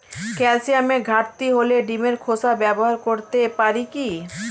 ক্যালসিয়ামের ঘাটতি হলে ডিমের খোসা ব্যবহার করতে পারি কি?